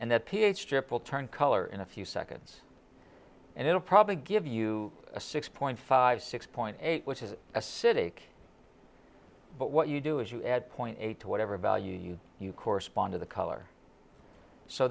will turn color in a few seconds and it'll probably give you a six point five six point eight which is a city but what you do is you add point eight to whatever value you correspond to the color so